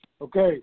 Okay